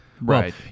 Right